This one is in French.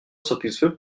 satisfait